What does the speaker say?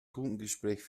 kundengespräch